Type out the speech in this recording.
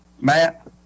Matt